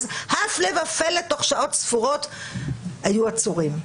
ואז הפלא ופלא תוך שעות ספורות היו עצורים.